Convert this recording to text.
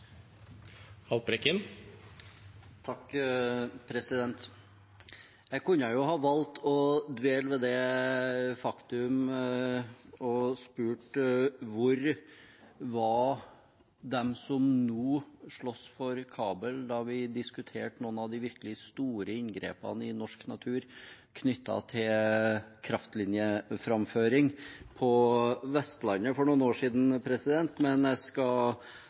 Jeg kunne ha valgt å dvele ved dette faktumet og spurt: Hvor var de som nå slåss for kabelen, da vi diskuterte noen av de virkelig store inngrepene i norsk natur knyttet til kraftlinjeframføring på Vestlandet for noen år siden? Men jeg skal